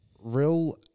real